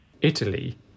Italy